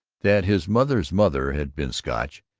that his mother's mother had been scotch,